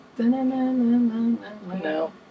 No